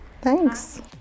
Thanks